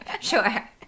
Sure